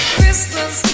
Christmas